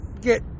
get